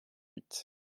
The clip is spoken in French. huit